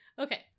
Okay